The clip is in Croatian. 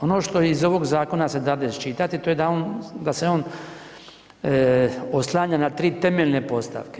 Ono što iz ovog zakona se dade iščitati to je da se on oslanja na tri temeljne postavke.